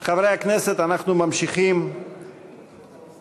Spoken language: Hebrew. חברי הכנסת, אנחנו ממשיכים בחקיקה.